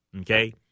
okay